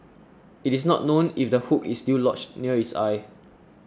it is not known if the hook is still lodged near its eye